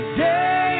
day